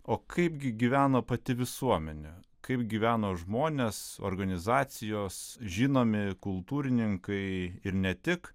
o kaipgi gyvena pati visuomenė kaip gyveno žmonės organizacijos žinomi kultūrininkai ir ne tik